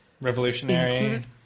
Revolutionary